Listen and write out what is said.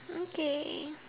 okay